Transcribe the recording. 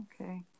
Okay